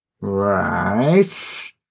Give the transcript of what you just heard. Right